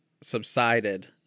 subsided